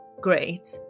great